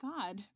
God